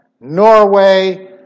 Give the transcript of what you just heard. Norway